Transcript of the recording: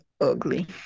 ugly